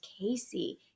Casey